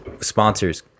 Sponsors